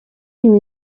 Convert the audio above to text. une